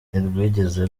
ntirwigeze